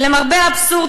למרבה האבסורד,